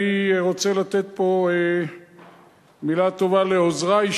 אני רוצה לתת פה מלה טובה לעוזרי,